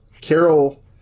Carol